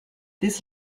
this